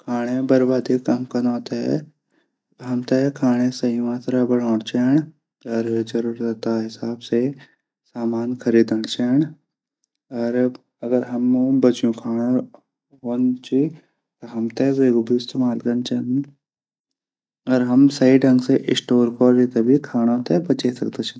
खाणा बर्बादी थै रुकणा तै हमथै खाणा सही मात्रा बणोण चैंद। अर जरूरत हिसाब से सामान खरीदण चैण अर बच्यूं खाणू हमथै वेकू भी इस्तेमाल कन चैंद अर हम सही ढःग से स्टोर कैरी भी खाणू थै बचे सकदा छां।